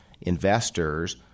investors